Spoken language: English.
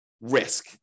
risk